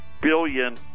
billion